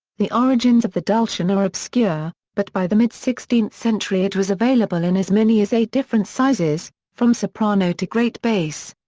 the origins of the dulcian are obscure, but by the mid sixteenth century it was available in as many as eight different sizes, from soprano to great bass.